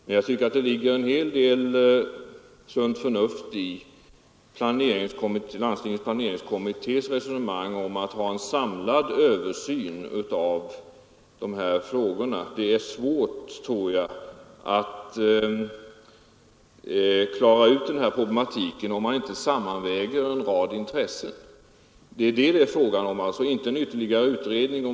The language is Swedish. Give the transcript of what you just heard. Men jag tycker det ligger en hel del sunt förnuft i landstingets planeringskommittés resonemang om att ha en samlad översyn av de här frågorna. Det är svårt, tror jag, att klara ut den här problematiken om man inte avväger en rad intressen. Det är det som det är fråga om, inte en ytterligare utredning.